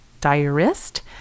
diarist